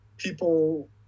People